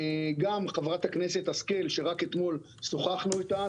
גם חברת הכנסת שרן השכל, שרק אתמול שוחחנו איתה.